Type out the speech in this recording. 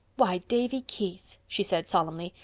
why, davy keith, she said solemnly,